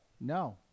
No